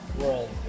world